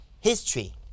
history